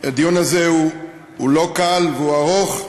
הדיון הזה הוא לא קל, והוא ארוך,